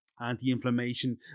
anti-inflammation